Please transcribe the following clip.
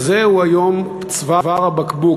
זה היום צוואר הבקבוק,